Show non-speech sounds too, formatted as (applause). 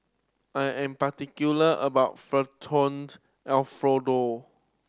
I am particular about (unintelligible) Alfredo